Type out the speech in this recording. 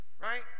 Right